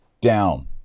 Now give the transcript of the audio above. down